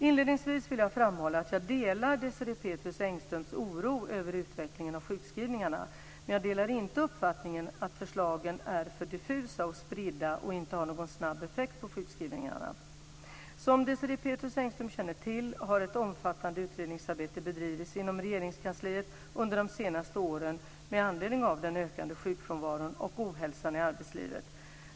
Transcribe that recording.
Inledningsvis vill jag framhålla att jag delar Désirée Pethrus Engströms oro över utvecklingen av sjukskrivningarna, men jag delar inte uppfattningen att förslagen är för diffusa och spridda och inte har någon snabb effekt på sjukskrivningarna. Som Désirée Pethrus Engström känner till har ett omfattande utredningsarbete bedrivits inom Regeringskansliet under de senaste åren med anledning av den ökade sjukfrånvaron och ohälsan i arbetslivet.